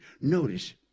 Notice